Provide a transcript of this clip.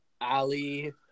Ali